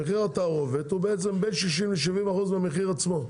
שמחיר התערובת הוא בין 60% ל-70% מהמחיר עצמו.